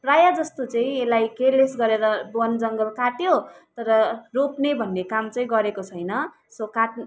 प्रायः जस्तो चाहिँ यसलाई केयरलेस गरेर बन जङ्गल काटयो तर रोप्ने भन्ने काम चाहिँ गरेको छैन सो काट्